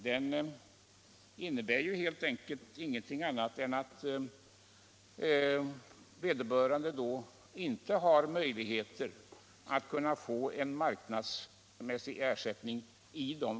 Den innebär ingenting annat än att den medhjälpande maken i de flesta företag inte kan få en marknadsmässig ersättning.